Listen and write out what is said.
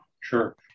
Sure